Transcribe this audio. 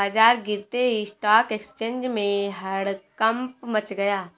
बाजार गिरते ही स्टॉक एक्सचेंज में हड़कंप मच गया